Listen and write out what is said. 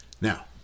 Now